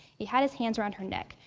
he had his hands around her neck.